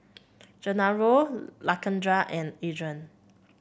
Gennaro Lakendra and Adrain